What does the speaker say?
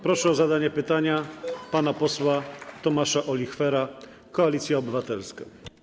Proszę o zadanie pytania pana posła Tomasza Olichwera, Koalicja Obywatelska.